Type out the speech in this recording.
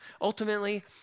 Ultimately